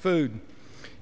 food